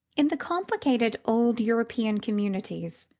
in the complicated old european communities,